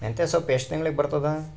ಮೆಂತ್ಯ ಸೊಪ್ಪು ಎಷ್ಟು ತಿಂಗಳಿಗೆ ಬರುತ್ತದ?